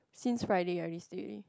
since Friday I already stay already